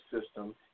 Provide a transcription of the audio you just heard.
system